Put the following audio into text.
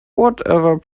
whatever